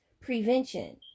prevention